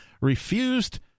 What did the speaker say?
refused